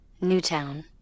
Newtown